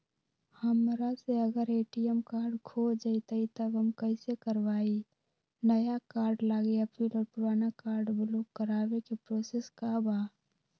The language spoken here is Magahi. हमरा से अगर ए.टी.एम कार्ड खो जतई तब हम कईसे करवाई नया कार्ड लागी अपील और पुराना कार्ड ब्लॉक करावे के प्रोसेस का बा?